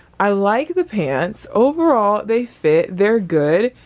i like the pants, overall, they fit. they're good,